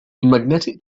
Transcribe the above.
magnetic